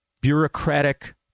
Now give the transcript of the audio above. bureaucratic